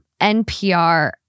NPR